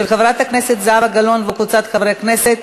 של חברת הכנסת זהבה גלאון וקבוצת חברי הכנסת.